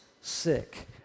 sick